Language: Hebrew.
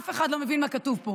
אף אחד לא מבין מה כתוב פה.